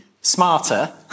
smarter